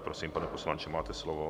Prosím, pane poslanče, máte slovo.